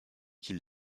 qu’il